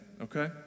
okay